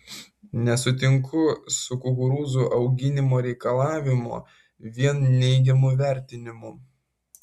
nesutinku su kukurūzų auginimo reikalavimo vien neigiamu vertinimu